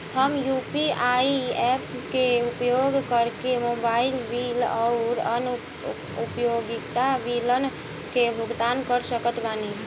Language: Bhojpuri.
हम यू.पी.आई ऐप्स के उपयोग करके मोबाइल बिल आउर अन्य उपयोगिता बिलन के भुगतान कर सकत बानी